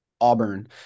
Auburn